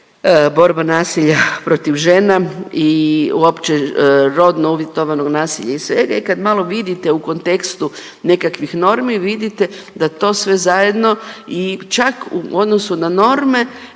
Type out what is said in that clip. borba nasilja protiv žena i uopće rodno uvjetovanog nasilja i svega i kad malo vidite u kontekstu nekakvih normi vidite da to sve zajedno i čak u odnosu na norme